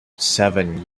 seven